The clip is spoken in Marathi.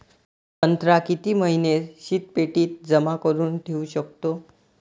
संत्रा किती महिने शीतपेटीत जमा करुन ठेऊ शकतो?